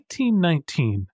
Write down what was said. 1919